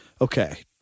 Okay